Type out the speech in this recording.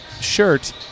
shirt